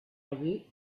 allí